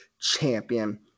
champion